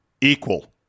equal